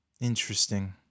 Interesting